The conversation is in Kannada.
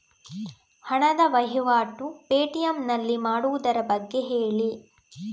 ಹಣದ ವಹಿವಾಟು ಪೇ.ಟಿ.ಎಂ ನಲ್ಲಿ ಮಾಡುವುದರ ಬಗ್ಗೆ ಹೇಳಿ